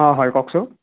অ হয় কওকচোন